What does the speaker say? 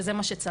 שזה מה שצריך,